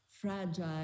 fragile